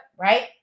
right